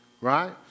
right